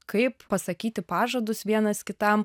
kaip pasakyti pažadus vienas kitam